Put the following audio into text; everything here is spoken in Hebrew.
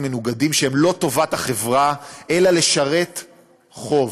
מנוגדים שהם לא טובת החברה אלא לשרת חוב.